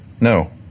no